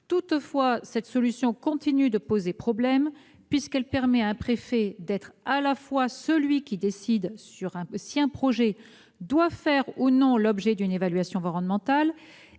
Toutefois, cette solution continue de poser problème, puisqu'elle permet à un préfet d'être à la fois celui qui décide si un projet doit faire ou non l'objet d'une évaluation environnementale